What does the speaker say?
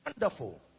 wonderful